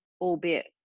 albeit